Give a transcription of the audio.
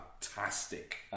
fantastic